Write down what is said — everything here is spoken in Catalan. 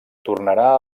tornarà